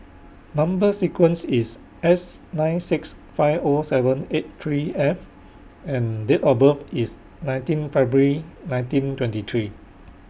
Number sequence IS S nine six five O seven eight three F and Date of birth IS nineteen February nineteen twenty three